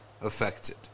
affected